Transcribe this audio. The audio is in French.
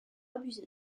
abusé